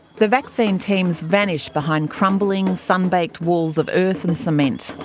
the vaccine teams vanish behind crumbling sunbaked walls of earth and cement,